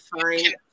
find